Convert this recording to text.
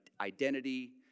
identity